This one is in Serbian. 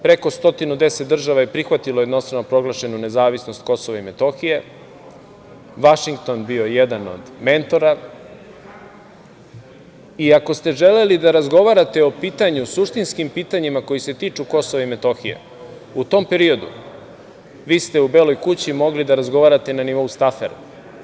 Preko 110 država je prihvatilo jednostrano proglašenu nezavisnost Kosova i Metohije, Vašington bio jedan od mentora i ako ste želeli da razgovarate o suštinskim pitanjima koja se tiču Kosova i Metohije u tom periodu, vi ste u Beloj kući mogli da razgovarate na nivou stafer.